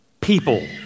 People